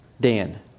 Dan